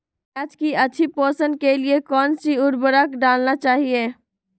प्याज की अच्छी पोषण के लिए कौन सी उर्वरक डालना चाइए?